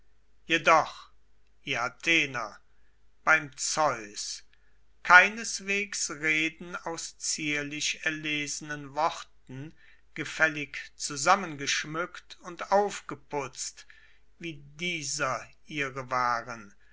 jedoch ihr athener beim zeus keineswegs reden aus zierlich erlesenen worten gefällig zusammengeschmückt und aufgeputzt wie dieser ihre waren